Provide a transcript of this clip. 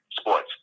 sports